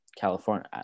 California